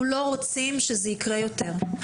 אנחנו לא רוצים שזה יקרה יותר,